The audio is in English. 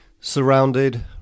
Surrounded